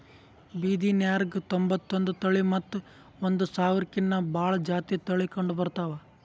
ಬಿದಿರ್ನ್ಯಾಗ್ ತೊಂಬತ್ತೊಂದು ತಳಿ ಮತ್ತ್ ಒಂದ್ ಸಾವಿರ್ಕಿನ್ನಾ ಭಾಳ್ ಜಾತಿ ತಳಿ ಕಂಡಬರ್ತವ್